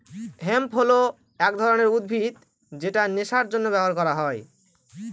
hemp হল এক ধরনের উদ্ভিদ যেটা নেশার জন্য ব্যবহার করা হয়